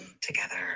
together